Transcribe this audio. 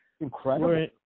incredible